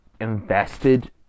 invested